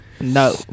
No